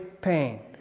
pain